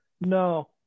No